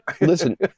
listen